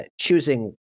choosing